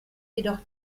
jedoch